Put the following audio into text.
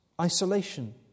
isolation